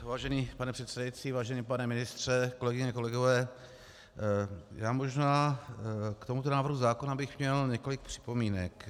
Vážený pane předsedající, vážený pane ministře, kolegyně, kolegové, já možná k tomuto návrhu zákona bych měl několik připomínek.